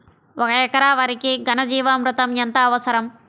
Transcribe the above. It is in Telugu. ఒక ఎకరా వరికి ఘన జీవామృతం ఎంత అవసరం?